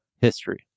history